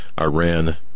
Iran